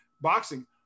boxing